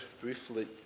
briefly